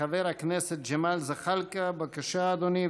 חבר הכנסת ג'מאל זחאלקה, בבקשה, אדוני.